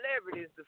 celebrities